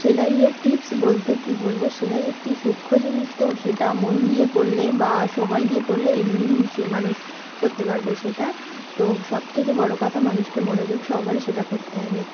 সেলাইয়ের টিপস বলতে কী বলব সেলাই একটি সূক্ষ্ম জিনিস তো সেটা মন দিয়ে করলে বা সময় দিয়ে করলে এমনিই সে মানুষ করতে পারবে সেটা তো সব থেকে বড় কথা মানুষকে মনোযোগ সহকারে সেটা করতে হবে